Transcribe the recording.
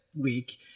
week